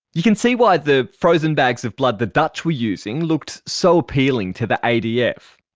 you can see why the frozen bags of blood the dutch were using looked so appealing to the adf.